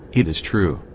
it is true,